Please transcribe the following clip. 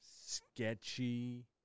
sketchy